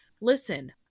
Listen